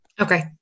Okay